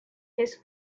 his